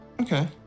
okay